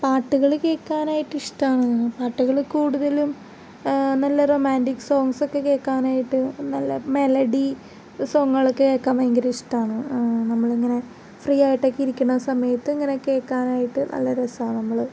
പാട്ടുകൾ കേൾക്കാനായിട്ട് ഇഷ്ടമാണ് പാട്ട്കള് കൂടുതലും നല്ല റൊമാൻറ്റിക് സോങ്സോക്കെ കേൾക്കാനായിട്ട് നല്ല മെലഡി സോങ്ങുകളൊക്കെ കേൾക്കാൻ ഭയങ്കര ഇഷ്ടമാണ് നമ്മളിങ്ങനെ ഫ്രീ ആയിട്ടൊക്കെ ഇരിക്കുന്ന സമയത്ത് ഇങ്ങനെ കേൾക്കാനായിട്ട് നല്ല രസമാണ് നമ്മള്